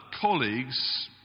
colleagues